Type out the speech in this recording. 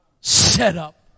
setup